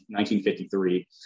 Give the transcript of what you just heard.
1953